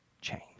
change